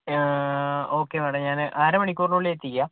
ഞാ okay madam ഞാൻ അരമണിക്കൂറിനുള്ളിൽ എത്തിക്കാം